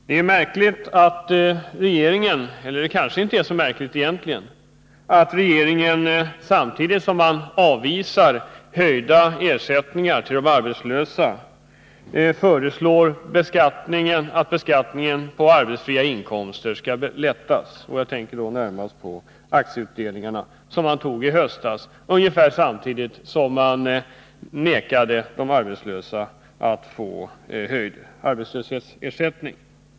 Det är märkligt — eller det kanske inte är så märkligt egentligen — att regeringen, samtidigt som den avvisar höjda ersättningar till de arbetslösa, föreslår att beskattningen på arbetsfria inkomster skall lindras. Jag tänker närmast på skattereduktionen för aktieutdelningar som togs i höstas, ungefär samtidigt som de arbetslösa vägrades höjd arbetslöshetsersättning.